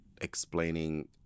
explaining